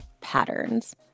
patterns